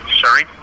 Sorry